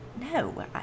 No